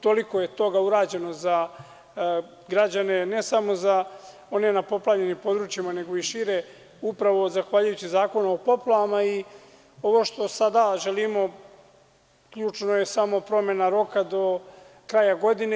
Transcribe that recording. Toliko je toga urađeno za građane, ne samo za one na poplavljenim područjima nego i šire, upravo zahvaljujući Zakonu o poplavama i ovo što sada želimo ključno je samo promena roka do kraja godine.